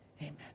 amen